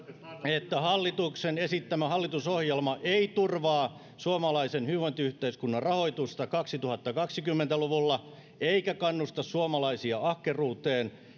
että hallituksen esittämä hallitusohjelma ei turvaa suomalaisen hyvinvointiyhteiskunnan rahoitusta kaksituhattakaksikymmentä luvulla eikä kannusta suomalaisia ahkeruuteen